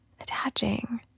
attaching